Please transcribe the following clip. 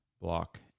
Block